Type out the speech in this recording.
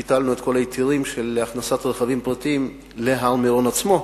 ביטלנו את כל ההיתרים להכנסת רכבים פרטיים להר-מירון עצמו,